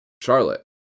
Charlotte